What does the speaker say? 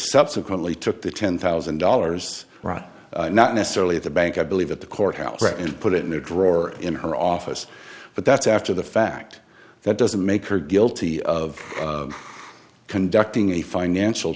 subsequently took the ten thousand dollars not necessarily the bank i believe at the courthouse and put it in a drawer in her office but that's after the fact that doesn't make her guilty of conducting a financial